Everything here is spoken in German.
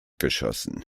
geschossen